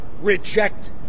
reject